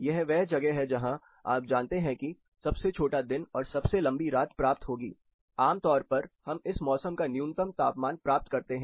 यह वह जगह है जहां आप जानते हैं कि सबसे छोटा दिन और सबसे लंबी रात प्राप्त होगी आमतौर पर हम इस मौसम का न्यूनतम तापमान प्राप्त करते हैं